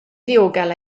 ddiogel